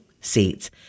seats